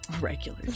Regular